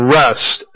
rest